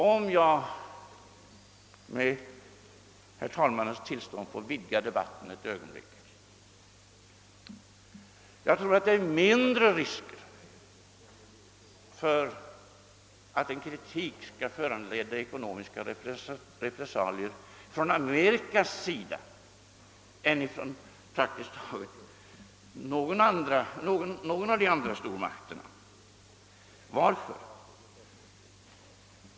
Om jag med herr talmannens tillstånd får vidga debatten ett ögonblick vill jag också säga, att jag tror att det är mycket liten risk att en kritik skall föranleda ekonomiska repressalier från Förenta staterna. Varför?